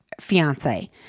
fiance